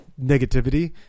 negativity